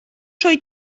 rhoi